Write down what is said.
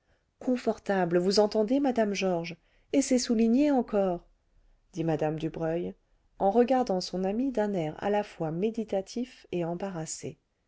confortable vous entendez madame georges et c'est souligné encore dit mme dubreuil en regardant son amie d'un air à la fois méditatif et embarrassé